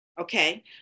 Okay